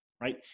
right